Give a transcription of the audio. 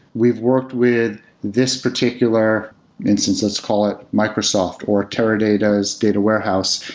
we've worked with this particular instances, call it microsoft, or teradata's data warehouse,